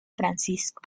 francisco